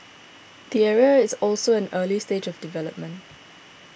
the area is also at an early stage of development